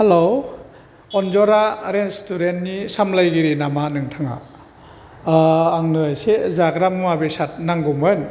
hello अनजना रेस्टुरेन्टनि सामलायगिरि नामा नोंथाङा आंनो एसे जाग्रा मुवा बेसाद नांगौमोन